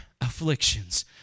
afflictions